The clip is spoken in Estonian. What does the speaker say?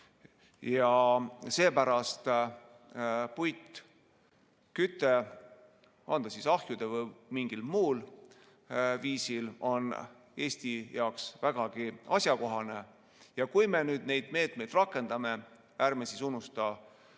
Seepärast on puiduküte, on see ahjudes või mingil muul viisil, Eesti jaoks vägagi asjakohane. Ja kui me nüüd neid meetmeid rakendame, ärme siis unustame